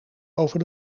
over